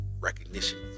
recognition